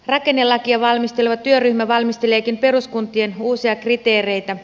rakennelakia valmisteleva työryhmä valmisteleekin peruskuntien uusia kriteereitä